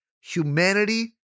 Humanity